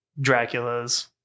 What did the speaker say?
Dracula's